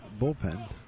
bullpen